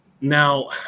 Now